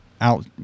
out